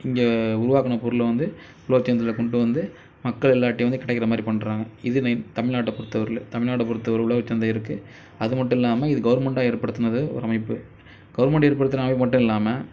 இங்கே உருவாக்குன பொருள் வந்து உழவர் சந்தையில கொண்டு வந்து மக்கள் எல்லாரட்டியும் வந்து கிடைக்கிற மாதிரி பண்ணுறாங்க இது தமிழ் நாட்டை பொறுத்த வரையிலும் தமிழ் நாட்டை பொறுத்த வரையிலும் உழவர்சந்தை இருக்குது அதுமட்டுல்லாமல் இது கவர்மண்ட்டா ஏற்படுத்துன ஒரு அமைப்பு கவர்மண்ட் ஏற்படுத்துன அமைப்பு மட்டும் இல்லாமல்